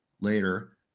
later